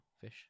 fish